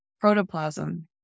protoplasm